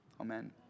Amen